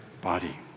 body